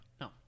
No